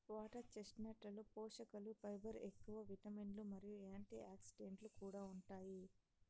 water చెస్ట్నట్లలో పోషకలు fibre ఎక్కువ, విటమిన్లు మరియు యాంటీఆక్సిడెంట్లు కూడా ఉంటాయి